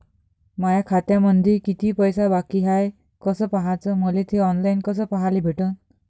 माया खात्यामंधी किती पैसा बाकी हाय कस पाह्याच, मले थे ऑनलाईन कस पाह्याले भेटन?